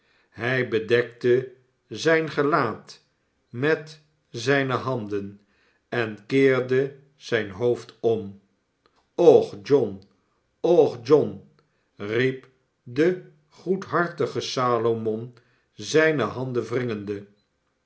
hij bedekte zijn gelaat met zijne handen en keerde zijn hoofd om och john och john riep de goedhartige salomon zijne handen